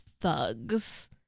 thugs